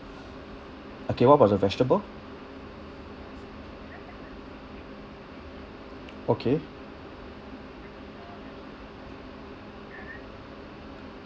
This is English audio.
okay what about the vegetable okay